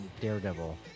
Daredevil